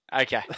Okay